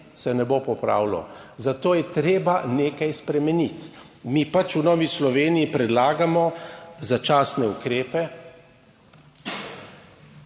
se ne bo popravilo, zato je treba nekaj spremeniti. Mi v Novi Sloveniji predlagamo začasne ukrepe.